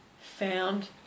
found